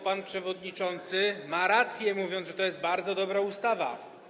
Pan przewodniczący ma rację, mówiąc, że to jest bardzo dobra ustawa.